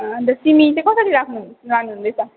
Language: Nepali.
अँ अन्त सिमी चाहिँ कसरी राख्नु लानुहुँदैछ